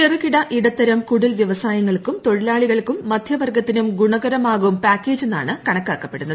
ചെറുകിട ഇടത്തരം കുടിൽ വ്യവസായങ്ങൾക്കും തൊഴിലാളികൾക്കും മധ്യവർഗ്ഗത്തിനും ഗുണകരമാകും പാക്കേജെന്നാണ് കണക്കാക്കപ്പെടുന്നത്